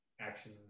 action